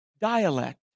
dialect